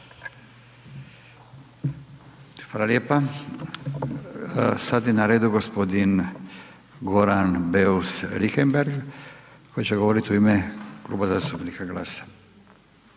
Hvala lijepa. Sada je na redu g. Goran Beus Richembergh koji će govoriti u ime Kluba zastupnika GLAS-a.